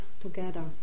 together